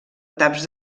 taps